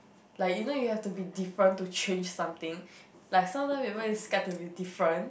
like you know you have to different to chase something like sometime people is scared to be different